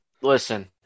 Listen